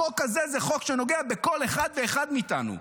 החוק הזה זה חוק שנוגע בכל אחד ואחד מאיתנו.